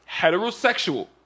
heterosexual